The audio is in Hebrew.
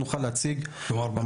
כלומר,